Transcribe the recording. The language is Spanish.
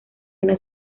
una